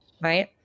Right